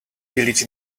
believe